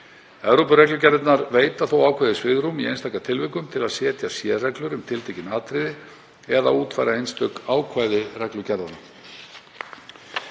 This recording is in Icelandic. Evrópureglugerðirnar veita þó ákveðið svigrúm í einstaka tilvikum til að setja sérreglur um tiltekin atriði eða útfæra einstök ákvæði reglugerðanna.